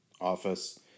office